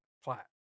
flat